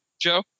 Joe